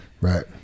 right